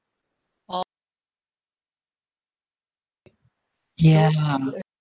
ya